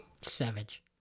Savage